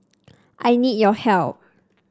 I need your help